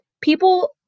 People